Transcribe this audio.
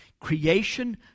creation